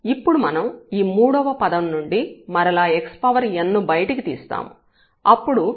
ఇప్పుడు మనం ఈ మూడవ పదం నుండి మరలా xn ను బయటకు తీస్తాము అప్పుడు ఇక్కడ x 2ఉంటుంది